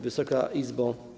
Wysoka Izbo!